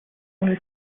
only